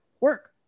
work